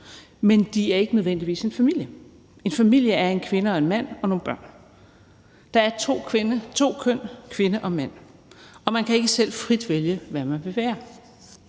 men de er ikke nødvendigvis en familie. En familie er en kvinde og en mand og nogle børn. Der er to køn, kvinde og mand, og man kan ikke selv frit vælge, hvad man vil være.